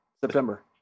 September